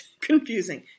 confusing